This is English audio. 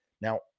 Now